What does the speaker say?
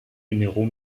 numéros